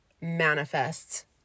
manifests